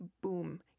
Boom